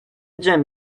gym